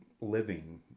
living